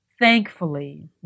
Thankfully